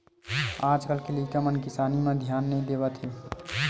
आज कल के लइका मन किसानी म धियान नइ देवत हे